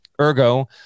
Ergo